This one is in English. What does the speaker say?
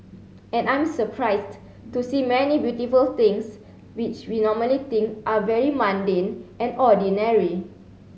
and I'm surprised to see many beautiful things which we normally think are very mundane and ordinary